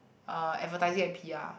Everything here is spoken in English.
uh advertising and p_r